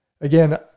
Again